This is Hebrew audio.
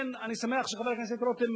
אני שמח שחבר הכנסת רותם,